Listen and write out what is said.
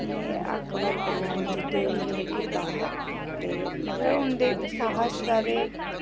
उ'नें अकबर कन्नै युद्ध मतलब कीता हा ते मतलब उं'दे साहस दा ते